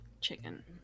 chicken